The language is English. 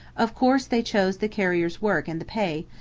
of course, they chose the carrier's work and the pay,